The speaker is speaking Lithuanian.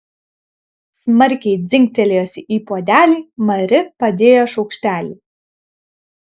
smarkiai dzingtelėjusi į puodelį mari padėjo šaukštelį